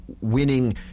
winning